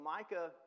Micah